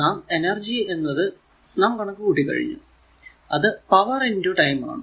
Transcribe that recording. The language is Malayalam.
നാം എനർജി എന്നത് നാം കണക്കു കൂട്ടികഴിഞ്ഞു അത് പവർ ടൈം ആണ്